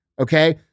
Okay